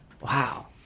Wow